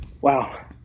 Wow